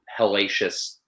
hellacious